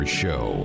show